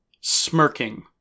smirking